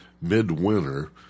midwinter